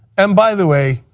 and by the way,